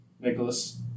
Nicholas